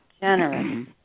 generous